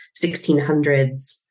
1600s